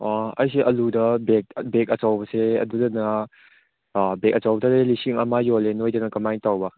ꯑꯣ ꯑꯩꯁꯦ ꯑꯥꯂꯨꯗ ꯕꯦꯒ ꯕꯦꯒ ꯑꯆꯧꯕꯁꯦ ꯑꯗꯨꯗꯅ ꯕꯦꯒ ꯑꯆꯧꯕꯗꯗꯤ ꯂꯤꯁꯤꯡ ꯑꯃ ꯌꯣꯜꯂꯤ ꯅꯣꯏꯗꯅ ꯀꯃꯥꯏ ꯇꯧꯕ